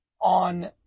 on